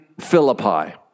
Philippi